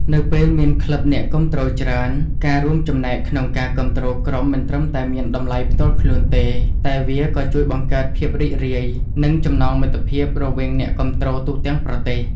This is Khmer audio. នៅពេលមានក្លឹបអ្នកគាំទ្រច្រើន ការរួមចំណែកក្នុងការគាំទ្រក្រុមមិនត្រឹមតែមានតម្លៃផ្ទាល់ខ្លួនទេ តែវាក៏ជួយបង្កើតភាពរីករាយ និងចំណងមិត្តភាពរវាងអ្នកគាំទ្រទូទាំងប្រទេស។